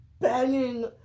banging